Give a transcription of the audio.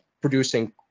producing